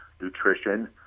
nutrition